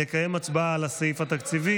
נקיים הצבעה על הסעיף התקציבי